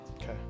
Okay